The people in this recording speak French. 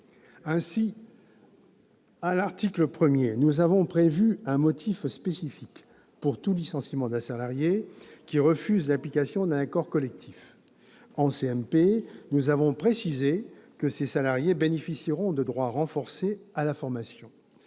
Ainsi, à l'article 1, nous avons prévu un motif spécifique pour tout licenciement d'un salarié qui refuse l'application d'un accord collectif. En CMP, nous avons précisé que ces salariés bénéficieront de droits renforcés à la formation.